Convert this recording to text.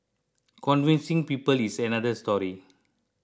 convincing people is another story